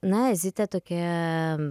na zita tokia